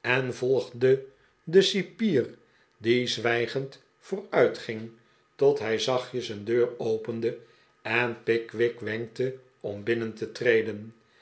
en volgde den cipier die zwijgend vooruitging tot hij zachtjes een deur opende en pickwick wenkte om binnen te treden